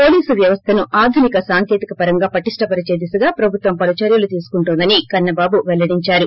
police వ్యవస్థను ఆధునిక సాంకేతికపరంగా పటిష్ణ పరిచే దిశగా ప్రభుత్వం పలు చర్యలు తీసుకుంటోందని కన్న బాబు పెల్టడించారు